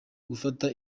gufata